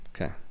Okay